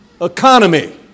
economy